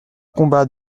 combat